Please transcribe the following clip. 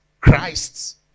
Christ's